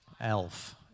elf